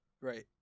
Right